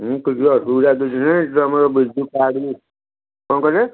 ହୁଁ କିଛି ଅସୁବିଧା କିଛି ନାହିଁ ଏଠିତ ଆମର ବିଜୁ କାର୍ଡ଼ ବି କଣ କହିଲେ